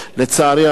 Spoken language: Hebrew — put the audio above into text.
לצערי הרב,